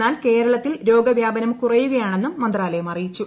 എന്നാൽ ക്ട്രേളത്തിൽ രോഗ വ്യാപനം കുറയുകയാണെന്നും മന്ത്രാലയം ത്രുപ്പിയിച്ചു